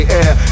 air